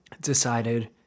decided